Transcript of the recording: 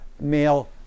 male